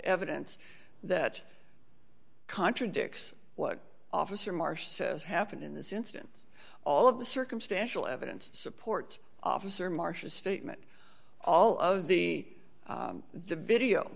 evidence that contradicts what officer marsh says happened in this instance all of the circumstantial evidence supports officer marshall statement all of the the video